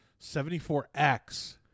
74X